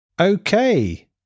Okay